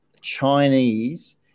Chinese